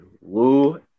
Woo